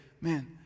man